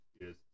Yes